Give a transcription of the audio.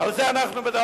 על זה אנחנו מדברים?